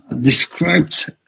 described